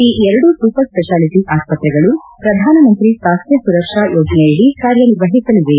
ಈ ಎರಡೂ super specialty ಆಸ್ಪತ್ರೆಗಳು ಪ್ರಧಾನಮಂತ್ರಿ ಸ್ವಾಸ್ತ್ಯ ಸುರಕ್ಸಾ ಯೋಜನೆಯಡಿ ಕಾರ್ಯ ನಿರ್ವಹಿಸಲಿವೆ